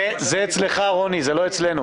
זה אצלך, רוני, לא אצלנו.